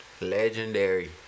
Legendary